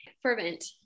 fervent